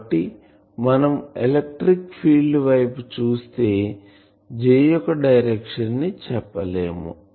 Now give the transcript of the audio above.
కాబట్టి మనం electric field వైపు చుస్తే J యొక్క డైరెక్షన్ ని చెప్పలేము